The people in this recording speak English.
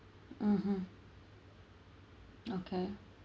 mmhmm okay